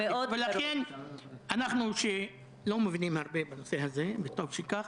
לכן אנחנו, שלא מבינים הרבה בנושא הזה, וטוב שכך,